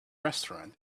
restaurant